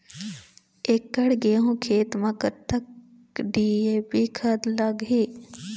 एकड़ गेहूं खेत म कतक डी.ए.पी खाद लाग ही?